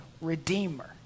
redeemer